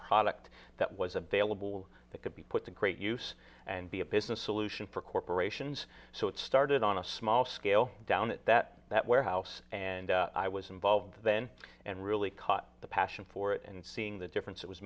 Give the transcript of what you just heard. product that was a bailable that could be put to great use and be a business solution for corporations so it started on a small scale down at that that warehouse and i was involved then and really caught the passion for it and seeing the difference it was